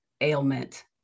ailment